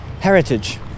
heritage